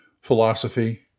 philosophy